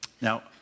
now